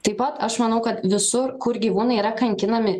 taip pat aš manau kad visur kur gyvūnai yra kankinami